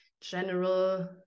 general